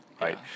right